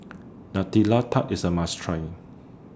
Nutella Tart IS A must Try